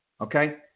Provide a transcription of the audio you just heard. okay